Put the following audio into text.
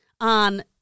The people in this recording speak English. on